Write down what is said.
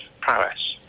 prowess